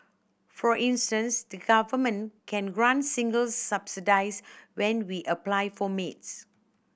for instance the Government can grant singles subsidies when we apply for maids